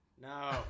No